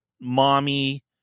mommy